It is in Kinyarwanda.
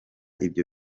ibyo